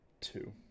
two